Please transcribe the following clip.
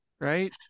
right